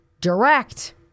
direct